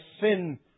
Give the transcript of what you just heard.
sin